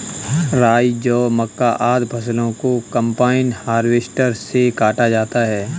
राई, जौ, मक्का, आदि फसलों को कम्बाइन हार्वेसटर से काटा जाता है